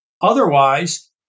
Otherwise